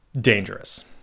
dangerous